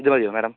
ഇതു മതിയൊ മേഡം